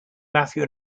matthew